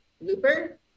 Looper